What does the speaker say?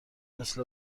مثل